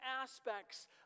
aspects